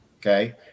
Okay